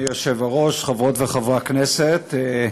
אדוני היושב-ראש, חברות וחברי הכנסת,